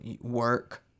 work